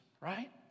right